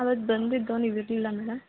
ಅವತ್ತು ಬಂದಿದ್ದೋ ನೀವು ಇರಲಿಲ್ಲ ಮೇಡಮ್